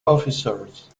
officers